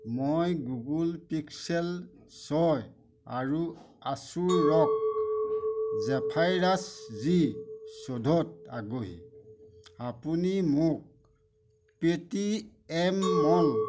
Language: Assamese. মই গুগল পিক্সেল ছয় আৰু আছুছ ৰগ জেফাইৰাছ জি চৈধ্যত আগ্ৰহী আপুনি মোক পেটিএম মল